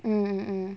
mm mm mm